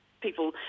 people –